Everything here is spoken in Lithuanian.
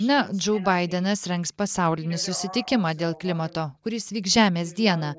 na džou baidenas rengs pasaulinį susitikimą dėl klimato kuris vyks žemės dieną